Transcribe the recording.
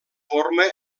forma